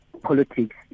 politics